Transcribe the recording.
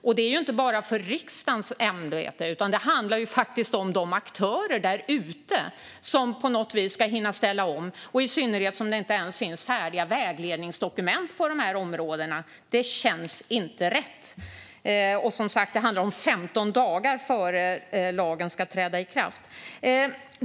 Och det handlar inte bara om riksdagen, utan det handlar faktiskt också om aktörerna där ute, som på något vis ska hinna ställa om. Det finns inte ens färdiga vägledningsdokument på dessa områden. Det känns inte rätt. Och, som sagt, det handlar om 15 dagar innan lagen ska träda i kraft.